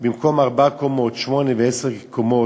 במקום ארבע קומות שמונה ועשר קומות,